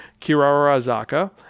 Kirarazaka